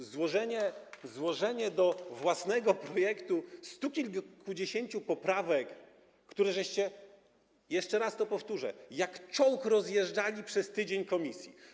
Chodzi o złożenie do własnego projektu stu kilkudziesięciu poprawek, które żeście, jeszcze raz to powtórzę, jak czołg rozjeżdżali przez tydzień w komisji.